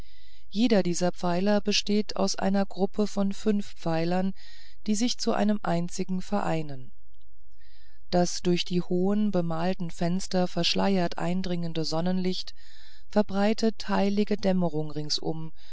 jeder dieser pfeiler besteht aus eine gruppe von fünf pfeilern die sich zu einem einzigen vereinen das durch die hohen bemalten fenster verschleiert eindringende sonnenlicht verbreitet heilige dämmerung ringsumher